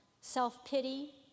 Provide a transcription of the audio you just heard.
self-pity